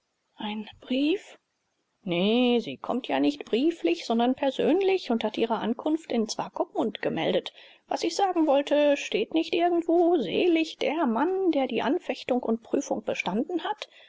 ein brief nee sie kommt ja nicht brieflich sondern persönlich und hat ihre ankunft in swakopmund gemeldet was ich sagen wollte steht nicht irgendwo selig der mann der die anfechtung und prüfung bestanden hat